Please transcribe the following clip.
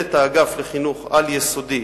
ומנהלת האגף לחינוך על-יסודי